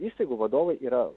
įstaigų vadovai yra